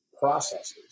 processes